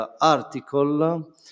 article